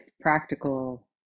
practical